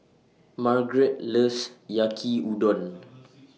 Margrett loves Yaki Udon